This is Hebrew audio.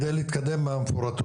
על מנת להתקדם עם התוכניות המפורטות,